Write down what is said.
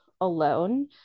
alone